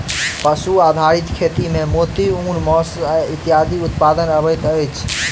पशु आधारित खेती मे मोती, ऊन, मौस इत्यादिक उत्पादन अबैत अछि